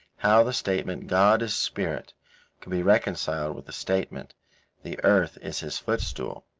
how the statement god is spirit could be reconciled with the statement the earth is his footstool.